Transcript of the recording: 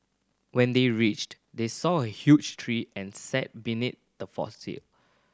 when they reached they saw a huge tree and sat beneath the